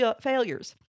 failures